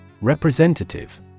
Representative